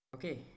Okay